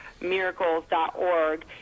miracles.org